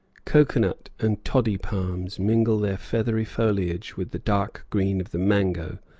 cocoa-nut and toddy-palms mingle their feathery foliage with the dark-green of the mango,